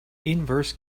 inverse